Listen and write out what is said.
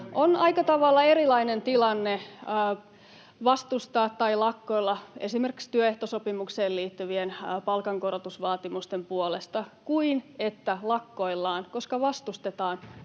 On aika tavalla erilainen tilanne vastustaa tai lakkoilla esimerkiksi työehtosopimukseen liittyvien palkankorotusvaatimusten puolesta kuin että lakkoillaan, koska vastustetaan